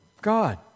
God